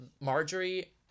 Marjorie